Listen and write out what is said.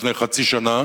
לפני חצי שנה,